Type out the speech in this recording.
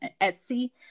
etsy